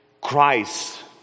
Christ